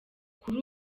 kuri